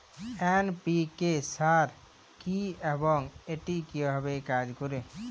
NPK সার কি এবং এটি কিভাবে কাজ করে?